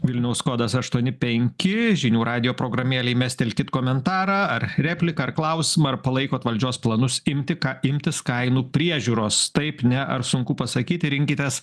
vilniaus kodas aštuoni penki žinių radijo programėlėj mestelkit komentarą ar repliką ar klausimą ar palaikot valdžios planus imti ką imtis kainų priežiūros taip ne ar sunku pasakyti rinkitės